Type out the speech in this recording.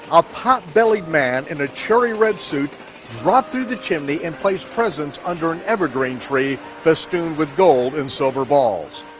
a potbellied man in a cherry red suit dropped through the chimney and placed presents under an evergreen tree festooned with gold and silver balls.